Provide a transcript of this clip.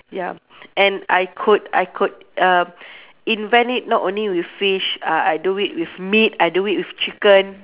ya and I could I could uh invent it not only with fish uh I do it with meat I do it with chicken